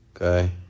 Okay